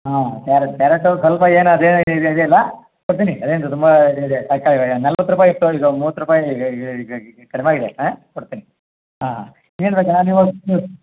ಹಾಂ carrot carrot ಸ್ವಲ್ಪ ಏನು ಅದೇನು ಇದು ಇದು ಇದಿಲ್ಲ ಕೊಡ್ತೀನಿ ಅದೇನು ತುಂಬ ಇದಿದೆ ಇವಾಗ ನಲ್ವತ್ತು ರೂಪಾಯಿ ಇತ್ತು ಇದು ಮೂವತ್ತು ರೂಪಾಯಿ ಈಗ ಈಗ ಈಗ ಕಡಿಮೆ ಆಗಿದೆ ಕೊಡ್ತೀನಿ ಹಾಂ ಏನು ಬೇಕಣ್ಣ ನೀವು ನೀವು